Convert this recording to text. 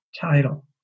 title